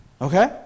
Okay